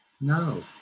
No